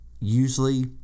usually